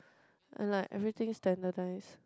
and like everything standardise